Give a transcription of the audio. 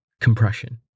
Compression